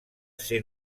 ser